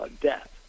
death